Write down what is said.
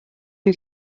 who